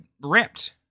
ripped